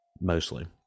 mostly